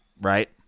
Right